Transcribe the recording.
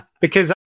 because-